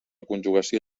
conjugació